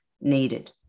needed